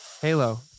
Halo